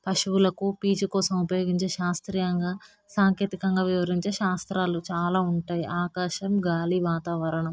పశువులకు పీచుకోసం ఉపయోగించే శాస్త్రీయంగా సాంకేతికంగా వివరించే శాస్త్రాలు చాలా ఉంటాయి ఆకాశం గాలి వాతావరణం